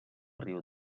riu